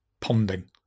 ponding